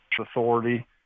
authority